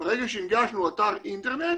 ברגע שהנגשנו אתר אינטרנט